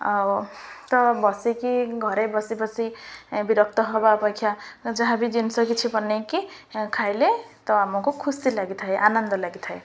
ଆଉ ତ ବସିକି ଘରେ ବସି ବସି ବିରକ୍ତ ହବା ଅପେକ୍ଷା ଯାହାବି ଜିନିଷ କିଛି ବନାଇକି ଖାଇଲେ ତ ଆମକୁ ଖୁସି ଲାଗିଥାଏ ଆନନ୍ଦ ଲାଗିଥାଏ